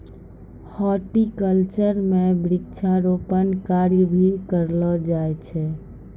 horticulture म वृक्षारोपण कार्य भी करलो जाय छै